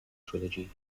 trilogy